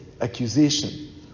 accusation